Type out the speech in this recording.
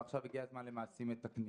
ועכשיו הגיע הזמן למעשים מתקנים.